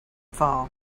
fall